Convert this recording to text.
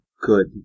good